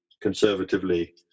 conservatively